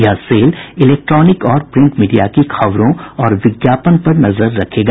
यह cell electronic और print media की खबरों और विज्ञापन पर नजर रखेगा